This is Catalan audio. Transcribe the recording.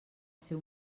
ser